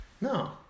No